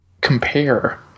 compare